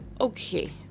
okay